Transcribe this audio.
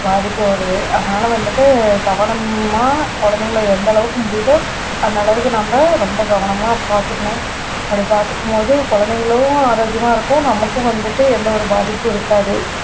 பாதிப்பு வருது அதனால் வந்துட்டு கவனமாக குழந்தைங்கள எந்தளவுக்கு முடியுதோ அந்தளவுக்கு நம்ம ரொம்ப கவனமாக பார்த்துக்குணும் அப்படி பார்த்துக்கும்போது குழந்தைங்களும் ஆரோக்கியமாக இருக்கும் நமக்கும் வந்துட்டு எந்தவொரு பாதிப்பும் இருக்காது